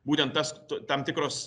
būtent tas t tam tikros